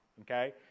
Okay